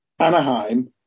Anaheim